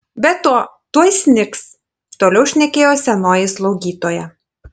be to tuoj snigs toliau šnekėjo senoji slaugytoja